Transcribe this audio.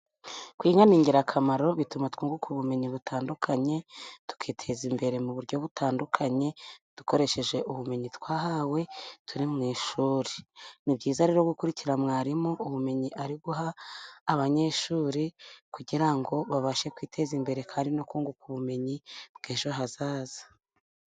Kwiga n'ingirakamaro bituma twunguka ubumenyi butandukanye tukiteza imbere dukoresheje ubumenyi twahawe turi mu ishuri. Nibyiza rero gukurikira mwarimu ubumenyi ariguha abanyeshuri kugira ngo biteze imbere no kunguka ubumenyi bwejo hazaza.